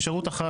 אפשרות אחת,